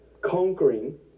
conquering